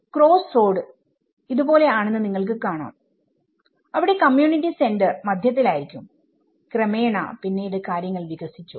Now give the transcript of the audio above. crossroad ഇത് പോലെ ആണെന്ന് നിങ്ങൾക്ക് കാണാം അവിടെ കമ്മ്യൂണിറ്റി സെന്റർ മധ്യത്തിൽ ആയിരിക്കും ക്രമേണ പിന്നീട് കാര്യങ്ങൾ വികസിച്ചു